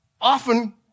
often